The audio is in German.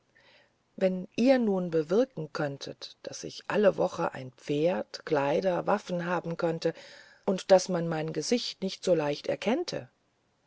wenn ihr nun bewirken könntet daß ich alle wochen ein pferd kleider waffen haben könnte und daß man mein gesicht nicht so leicht erkennte